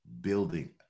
building